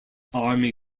army